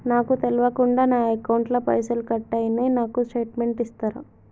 నాకు తెల్వకుండా నా అకౌంట్ ల పైసల్ కట్ అయినై నాకు స్టేటుమెంట్ ఇస్తరా?